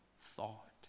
thought